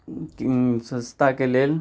स्वच्छताके लेल